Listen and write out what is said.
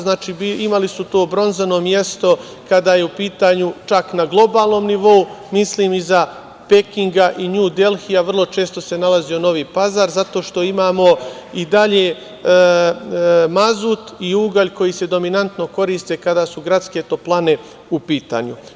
Znači, imali su to bronzano mesto kada je u pitanju, čak na globalnom nivou, mislim iza Pekinga i Nju Delhija vrlo često se nalazio Novi Pazar zato što imamo i dalje mazut i ugalj koji se dominantno koriste kada su gradske toplane u pitanju.